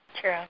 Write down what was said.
True